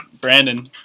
Brandon